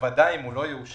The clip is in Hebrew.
ובוודאי אם הוא לא יאושר,